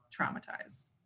traumatized